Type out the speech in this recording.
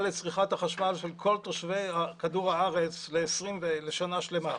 לצריכת החשמל של כל תושבי כדור הארץ לשנה שלמה.